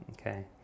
okay